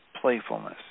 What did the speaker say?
playfulness